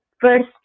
First